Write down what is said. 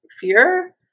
fear